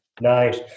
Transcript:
Nice